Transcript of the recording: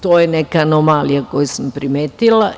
To je neka anomalija koju sam primetila.